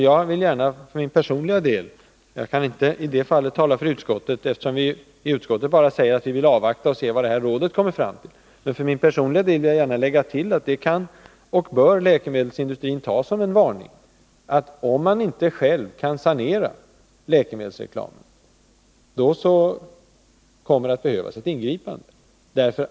Jag kan i det här fallet inte tala för utskottet, eftersom vi i betänkandet bara vill avvakta vad rådet kommer fram till. Men för min personliga del vill jag gärna tillägga — och det kan och bör läkemedelsindustrin ta som en varning — att om man inte själv kan sanera i läkemedelsreklamen så kommer det att behövas ett ingripande.